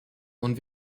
und